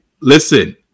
listen